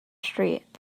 street